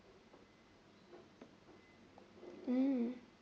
mm